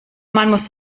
muss